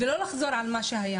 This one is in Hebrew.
ולא לחזור על מה שהיה.